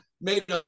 made